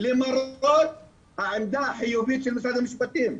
למרות העמדה החיובית של משרד המשפטים.